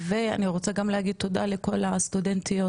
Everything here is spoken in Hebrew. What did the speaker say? ואני רוצה להגיד תודה גם לכל הסטודנטיות